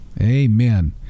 Amen